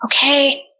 okay